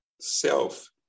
self